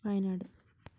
Wayanad